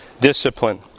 discipline